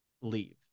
leave